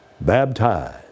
baptized